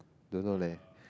don't know leh